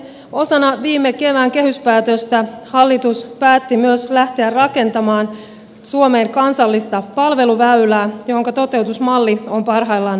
osana viime kevään kehyspäätöstä hallitus päätti myös lähteä rakentamaan suomeen kansallista palveluväylää jonka toteutusmalli on parhaillaan valmisteltavana